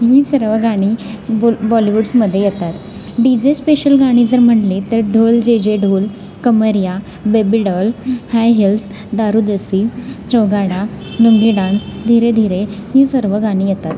ही सर्व गाणी बोल बॉलिवूडसमध्ये येतात डी जे स्पेशल गाणी जर म्हटले तर ढोल जे जे ढोल Kamariya baby doll high heels Daru Desi Chogada lungi dance Dheere Dheere ही सर्व गाणी येतात